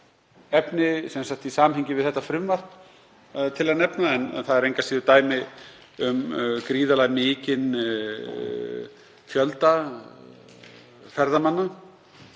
efni, sem sagt í samhengi við þetta frumvarp, til að nefna. En það eru engu að síður dæmi um gríðarlega mikinn fjölda ferðamanna